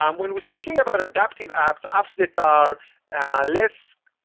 um when we're speaking about adaptive apps, apps that are less